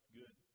good